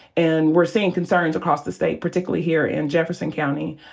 and we're seeing concerns across the state, particularly here in jefferson county,